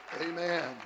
Amen